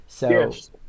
Yes